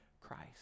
Christ